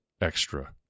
extra